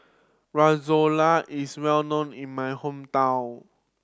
is well known in my hometown